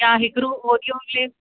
या हिकिड़ो Oreo flavour